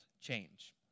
change